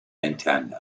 nintendo